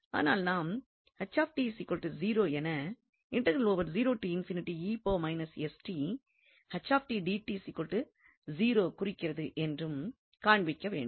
ஆனால் நாம் என குறிக்கிறது என்றும் காண்பிக்க வேண்டும்